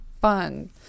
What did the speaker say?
fun